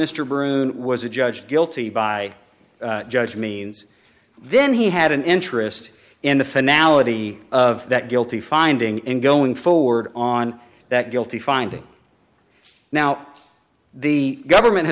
brune was a judge guilty by a judge means then he had an interest in the finale of that guilty finding and going forward on that guilty finding now the government